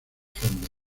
fondo